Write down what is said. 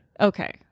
Okay